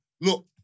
look